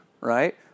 right